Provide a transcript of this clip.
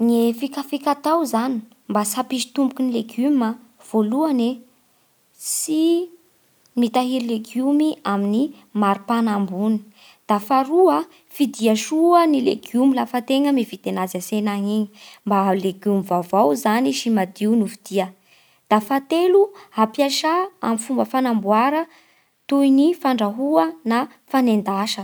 Ny fikafika atao zany mba tsy hampisy tomboky ny legioma: voalohany e tsy mitahiry legiomy amin'ny mari-pana ambony, da faharoa fidia soa ny legiomy lafa tegna mividy agnazy an-tsena agny igny mba legiomy vaovao zany sy madio no vidia, da fahatelo ampiasà amin'ny fomba fanamboara toy ny fandrahoa na fanendasa.